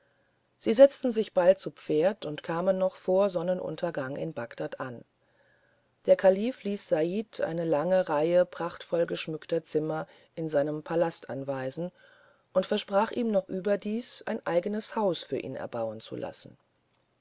sie setzten sich bald zu pferd und kamen noch vor sonnenuntergang in bagdad an der kalif ließ said eine lange reihe prachtvoll geschmückter zimmer in seinem palast anweisen und versprach ihm noch überdies ein eigenes haus für ihn erbauen zu lassen